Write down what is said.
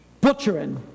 butchering